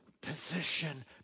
position